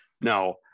now